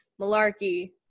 Malarkey